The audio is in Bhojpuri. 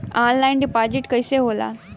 ऑनलाइन डिपाजिट कैसे होला?